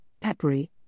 peppery